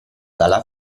dalla